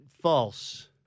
false